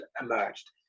emerged